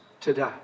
today